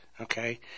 Okay